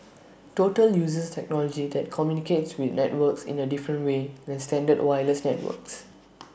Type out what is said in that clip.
total uses technology that communicates with networks in A different way than standard wireless networks